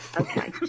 Okay